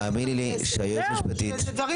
תאמיני לי שהיועצת המשפטית --- זה דברים